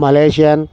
malaysian